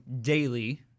daily